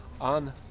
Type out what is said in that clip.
on